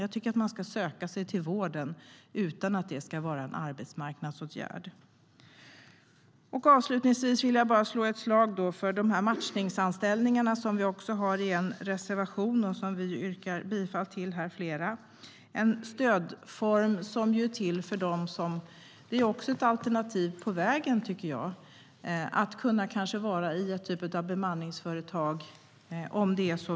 Jag tycker att man ska söka sig till vården utan att det ska vara en arbetsmarknadsåtgärd. Avslutningsvis vill jag slå ett slag för matchningsanställningarna, som vi har en reservation om. Den yrkar flera av oss bifall till. Det är en stödform som är ett alternativ på vägen. Man kan kanske vara i någon typ av bemanningsföretag.